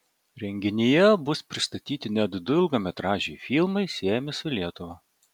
renginyje bus pristatyti net du ilgametražiai filmai siejami su lietuva